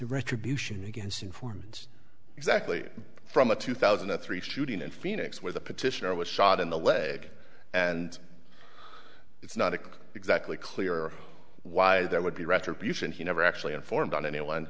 retribution against informants exactly from the two thousand and three shooting in phoenix where the petitioner was shot in the leg and it's not a clear exactly clear why there would be retribution he never actually informed on anyone